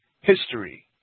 history